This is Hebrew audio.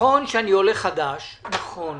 נכון שאני עולה חדש ונכון